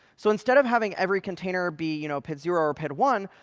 so instead of having every container be you know pid zero or pid one,